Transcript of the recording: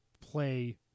play